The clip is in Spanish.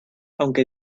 aunque